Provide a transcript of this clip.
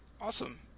Awesome